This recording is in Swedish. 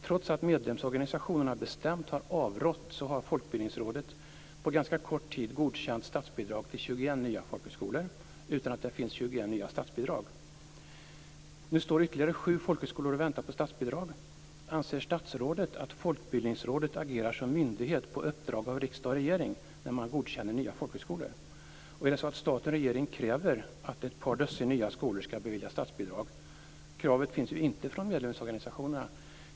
Trots att medlemsorganisationerna bestämt har avrått har Folkbildningsrådet på ganska kort tid godkänt statsbidrag till 21 nya folkhögskolor utan att det finns 21 nya statsbidrag. Nu står ytterligare sju folkhögskolor och väntar på statsbidrag. Anser statsrådet att Folkbildningsrådet agerar som myndighet på uppdrag av riksdag och regering när man godkänner nya folkhögskolor? Är det så att regeringen kräver att ett par dussin nya folkhögskolor skall beviljas statsbidrag? Kravet kommer ju inte från medlemsorganisationerna.